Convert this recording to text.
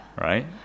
right